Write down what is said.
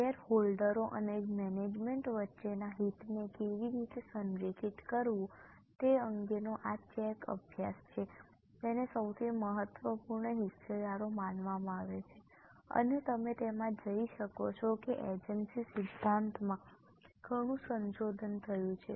શેરહોલ્ડરો અને મેનેજમેન્ટ વચ્ચેના હિતને કેવી રીતે સંરેખિત કરવું તે અંગેનો આ એક અભ્યાસ છે જેને સૌથી મહત્વપૂર્ણ હિસ્સેદારો માનવામાં આવે છે અને તમે તેમાં જઈ શકો છો કે એજન્સી સિદ્ધાંતમાં ઘણું સંશોધન થયું છે